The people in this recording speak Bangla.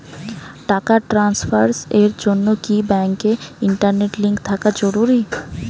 টাকা ট্রানস্ফারস এর জন্য কি ব্যাংকে ইন্টারনেট লিংঙ্ক থাকা জরুরি?